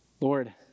Lord